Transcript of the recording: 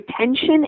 retention